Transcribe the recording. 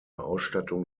ausstattung